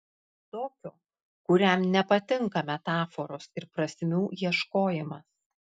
tokio kuriam nepatinka metaforos ir prasmių ieškojimas